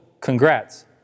congrats